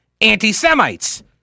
anti-Semites